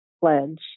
pledge